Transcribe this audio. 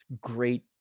great